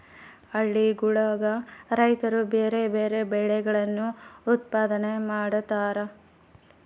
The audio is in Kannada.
ಹಳ್ಳಿಗುಳಗ ರೈತ್ರು ಬ್ಯಾರೆ ಬ್ಯಾರೆ ಬೆಳೆಗಳನ್ನು ಉತ್ಪಾದನೆ ಮಾಡತಾರ